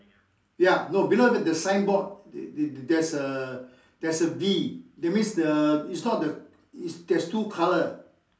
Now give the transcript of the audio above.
ya no below the sign board the the there's a there's a B that means the it's not the there's two colour